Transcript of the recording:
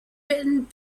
written